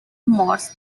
morse